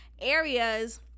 areas